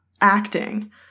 acting